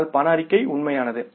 ஆனால் ரொக்க அறிக்கை உண்மையானது